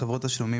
חברות תשלומים